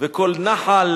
וכל נחל